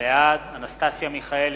בעד אנסטסיה מיכאלי,